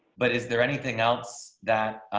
but is there anything else that